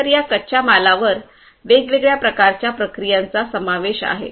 तर या कच्च्या मालावर वेगवेगळ्या प्रकारच्या प्रक्रियांचा समावेश आहे